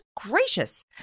gracious